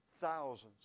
thousands